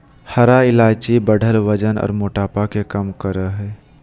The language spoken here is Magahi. हरा इलायची बढ़ल वजन आर मोटापा के कम करई हई